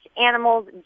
animal's